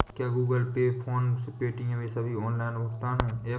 क्या Google Pay PhonePe Paytm ये सभी ऑनलाइन भुगतान ऐप हैं?